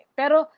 pero